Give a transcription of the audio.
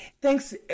Thanks